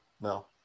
No